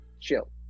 chill